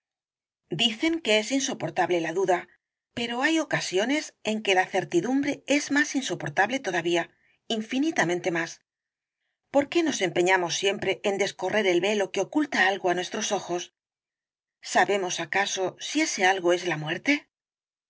dicen que es insoportable la duda pero hay ocasiones en que la certidumbre es más insoportable todavía infinitamente más por qué nos empeñamos siempre en descorrer el velo que oculta algo á nuestros ojos sabemos acaso si ese algo es la muerte